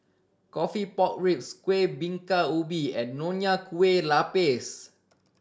coffee pork ribs Kueh Bingka Ubi and Nonya Kueh Lapis